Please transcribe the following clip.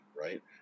right